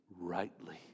rightly